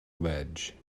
ledge